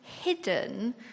hidden